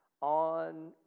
on